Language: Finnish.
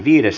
asia